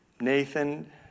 Nathan